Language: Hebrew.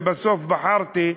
ובסוף בחרתי: